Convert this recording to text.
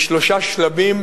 יש שלושה שלבים